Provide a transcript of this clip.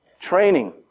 Training